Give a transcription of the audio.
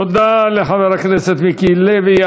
תודה לחבר הכנסת מיקי לוי.